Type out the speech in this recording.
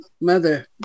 Mother